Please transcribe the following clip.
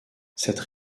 cette